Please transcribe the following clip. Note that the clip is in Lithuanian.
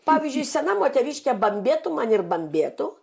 pavyzdžiui sena moteriškė bambėtų man ir bambėtų